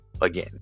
again